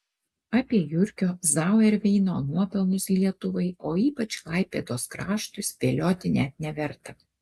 apie jurgio zauerveino nuopelnus lietuvai o ypač klaipėdos kraštui spėlioti net neverta